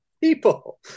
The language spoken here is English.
People